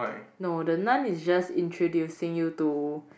no the nun is just introducing you to